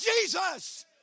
Jesus